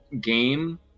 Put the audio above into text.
game